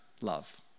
Love